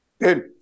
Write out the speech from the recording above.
good